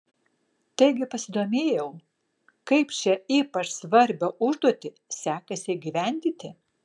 taigi pasidomėjau kaip šią ypač svarbią užduotį sekasi įgyvendinti